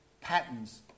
patterns